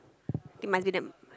it must be the